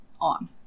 on